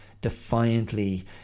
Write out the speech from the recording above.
defiantly